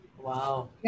Wow